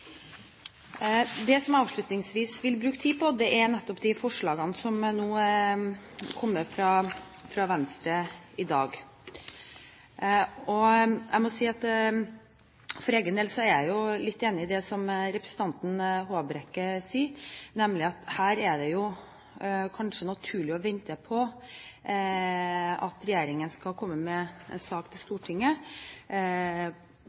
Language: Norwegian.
Det som jeg avslutningsvis vil bruke tid på, er de forslagene som har kommet fra Venstre i dag. Jeg må si at jeg for egen del er litt enig i det som representanten Håbrekke sa, nemlig at det her kanskje er naturlig å vente på at regjeringen skal komme med en sak til